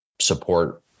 support